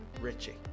Richie